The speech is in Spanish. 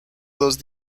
dos